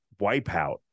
wipeout